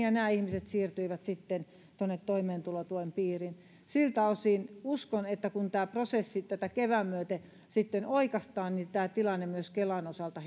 ja nämä ihmiset siirtyivät sitten toimeentulotuen piiriin siltä osin uskon että kun tätä prosessia kevään myöten oikaistaan tämä tilanne myös kelan osalta